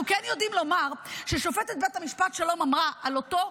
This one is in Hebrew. אנחנו כן יודעים לומר ששופטת בית משפט השלום אמרה על אותו אדם,